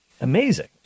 amazing